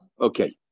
Okay